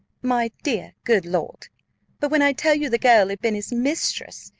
my dear good lord but when i tell you the girl had been his mistress,